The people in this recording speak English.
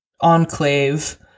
enclave